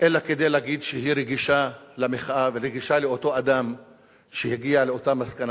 אלא כדי להגיד שהיא רגישה למחאה ורגישה לאותו אדם שהגיע לאותה מסקנה,